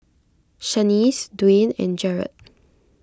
Shanice Dwyane and Jaret